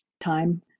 time